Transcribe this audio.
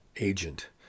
agent